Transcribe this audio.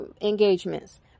engagements